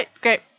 great